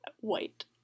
white